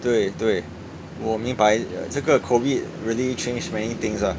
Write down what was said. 对对我明白这个 COVID really change many things ah